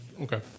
Okay